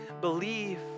believe